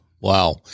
Wow